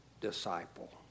disciple